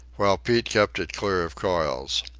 while pete kept it clear of coils.